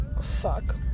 fuck